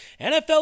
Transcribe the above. NFL